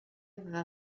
aveva